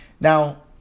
now